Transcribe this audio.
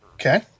Okay